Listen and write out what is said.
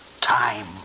time